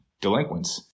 delinquents